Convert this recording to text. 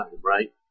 right